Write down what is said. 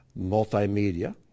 multimedia